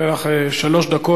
אני אתן לך שלוש דקות.